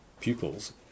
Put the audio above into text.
pupils